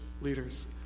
leaders